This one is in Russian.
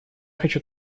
хочу